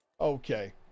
okay